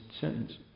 sentence